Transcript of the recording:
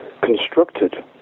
constructed